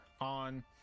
on